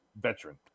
veteran